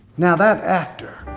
no that actor.